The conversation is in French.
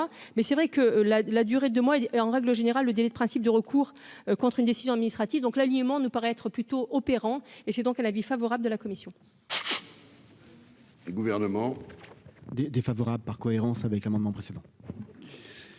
mais c'est vrai que la la durée de moi en règle générale, le délit de principe de recours contre une décision administrative donc l'alignement ne paraître plutôt opérant et c'est donc à l'avis favorable de la commission.